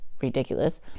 ridiculous